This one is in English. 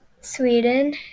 Sweden